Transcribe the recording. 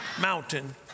mountain